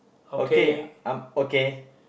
okay I'm okay